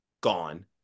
gone